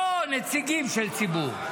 לא נציגים של ציבור,